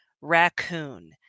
Raccoon